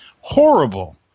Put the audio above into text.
horrible